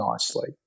nicely